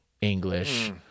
English